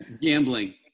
gambling